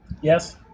Yes